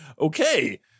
Okay